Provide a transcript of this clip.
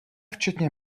včetně